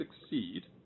succeed